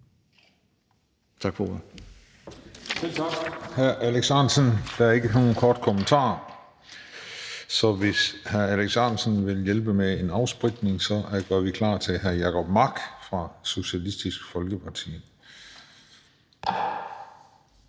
Tak for ordet.